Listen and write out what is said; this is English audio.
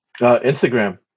Instagram